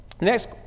next